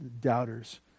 Doubters